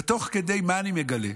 ותוך כדי, מה אני מגלה?